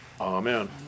Amen